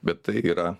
bet tai yra